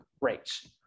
rates